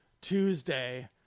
tuesday